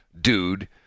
dude